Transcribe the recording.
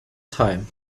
time